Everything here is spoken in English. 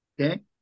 okay